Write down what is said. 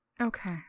Okay